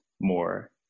more